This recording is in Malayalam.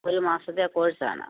ഒരു മാസത്തെ കോഴ്സാണ്